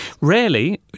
Rarely